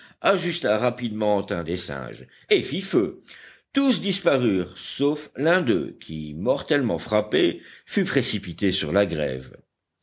ajusta rapidement un des singes et fit feu tous disparurent sauf l'un d'eux qui mortellement frappé fut précipité sur la grève